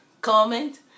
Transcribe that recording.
comment